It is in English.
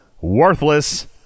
worthless